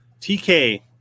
TK